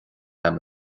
agam